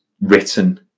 written